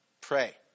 pray